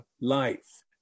life